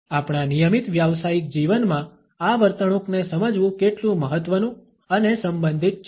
આપણા નિયમિત વ્યાવસાયિક જીવનમાં આ વર્તણૂકને સમજવું કેટલું મહત્વનું અને સંબંધિત છે